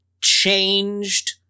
changed